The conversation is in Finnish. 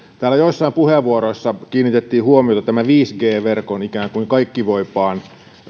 täällä joissain puheenvuoroissa kiinnitettiin huomiota tämän viisi g verkon ikään kuin kaikkivoipaan